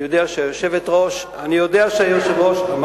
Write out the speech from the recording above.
אני יודע שהיושבת-ראש, תצטרף אלי.